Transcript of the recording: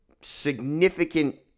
significant